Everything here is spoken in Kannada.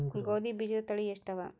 ಗೋಧಿ ಬೀಜುದ ತಳಿ ಎಷ್ಟವ?